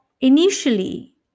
initially